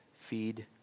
feed